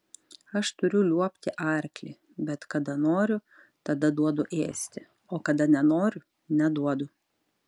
aš turiu liuobti arklį bet kada noriu tada duodu ėsti o kada nenoriu neduodu